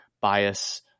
bias